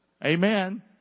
Amen